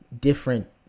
different